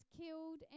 killed